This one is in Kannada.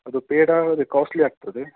ಅದು ಪೇಡ ಅದೇ ಕಾಸ್ಟ್ಲಿ ಆಗ್ತದೆ